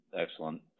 excellent